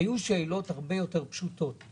היו שאלות הרבה יותר פשוטות.